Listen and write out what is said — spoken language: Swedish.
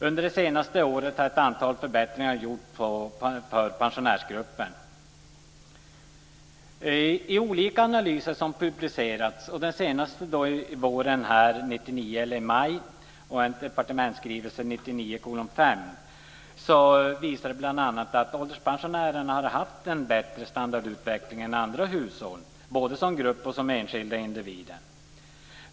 Under det senaste året har ett antal förbättringar gjorts för pensionärsgruppen. Olika analyser som publicerats - den senaste i maj 1999, Ds 1999:5) visar bl.a. att ålderspensionärerna haft en bättre standardutveckling än andra hushåll, både som grupp och som enskilda individer.